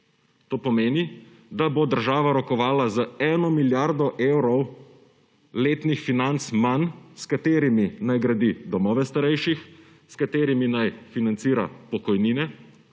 To pomeni, da bo država rokovala z eno milijardo evrov letnih financ manj, s katerimi naj gradi domove starejših, s katerimi naj financira pokojnine,